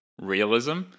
realism